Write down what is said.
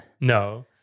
No